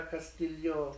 Castillo